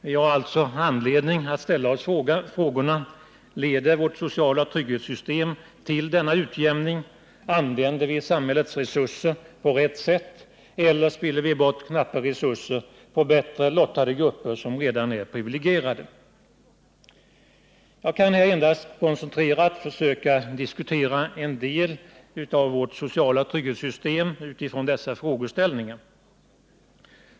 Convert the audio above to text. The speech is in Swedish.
Vi har alltså anledning att ställa oss frågorna: Leder vårt sociala trygghetssystem till denna utjämning? Använder vi samhällets resurser på rätt sätt? Eller spiller vi bort knappa resurser på bättre lottade grupper som redan är privilegierade? Jag kan här endast koncentrerat försöka diskutera en del av vårt sociala trygghetssystem utifrån dessa frågeställningar.